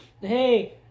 Hey